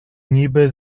niby